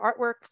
artwork